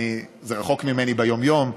זה רחוק ממני ביום-יום,